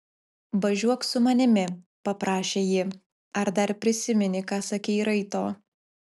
važiuok su manimi paprašė ji ar dar prisimeni ką sakei raito